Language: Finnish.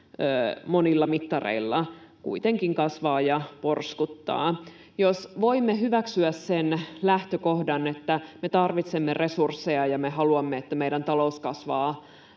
monilla mittareilla kuitenkin kasvaa ja porskuttaa. Jos voimme hyväksyä sen lähtökohdan, että me tarvitsemme resursseja ja me haluamme, että meidän talous kasvaa